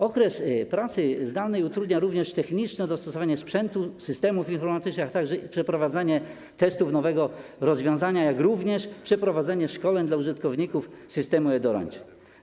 Okres pracy zdalnej utrudnia również techniczne dostosowanie sprzętu, systemów informatycznych, a także przeprowadzanie testów nowego rozwiązania, jak również przeprowadzenie szkoleń dla użytkowników systemu e-doręczeń.